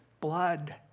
blood